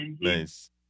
Nice